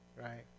right